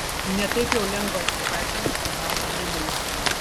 ne taip jau lengva atsipaipaliot po darbo dienos